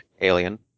alien